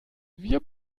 wir